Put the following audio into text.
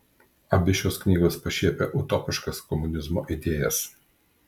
abi šios knygos pašiepia utopiškas komunizmo idėjas